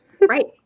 Right